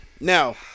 Now